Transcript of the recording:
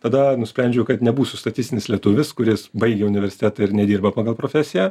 tada nusprendžiau kad nebūsiu statistinis lietuvis kuris baigė universitetą ir nedirba pagal profesiją